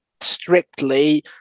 strictly